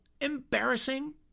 embarrassing